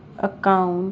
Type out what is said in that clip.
account